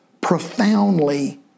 profoundly